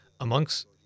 Amongst